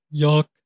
Yuck